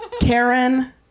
Karen